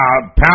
power